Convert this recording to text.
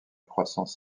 croissance